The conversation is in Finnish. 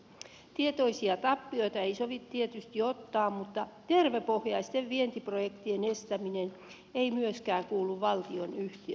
tietoisia tappioita ei sovi tietysti ottaa mutta tervepohjaisten vientiprojektien estäminen ei myöskään kuulu valtionyhtiön rooliin